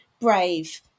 Brave